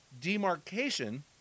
demarcation